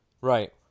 right